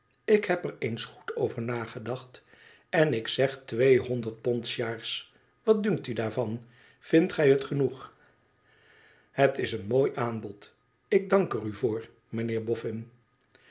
ik heb er eens goed over nagedacht en ik zeg tweehonderd pond s jaars wat dunkt u daarvan vindt gij het genoeg het is een mooi aanbod ik dank er u voor mijnheer